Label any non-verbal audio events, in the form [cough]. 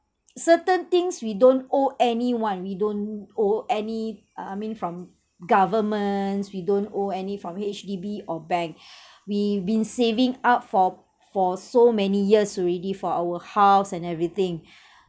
certain things we don't owe anyone we don't owe any uh I mean from governments we don't owe any from H_D_B or bank [breath] we've been saving up for for so many years already for our house and everything [breath]